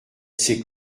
s’est